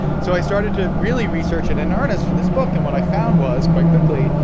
so, i started to really research it in earnest for this book, and what i found was, quite quickly,